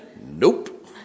Nope